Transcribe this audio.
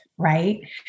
right